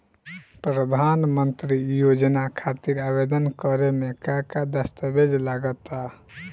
प्रधानमंत्री योजना खातिर आवेदन करे मे का का दस्तावेजऽ लगा ता?